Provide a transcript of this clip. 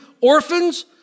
orphans